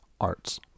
arts